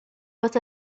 was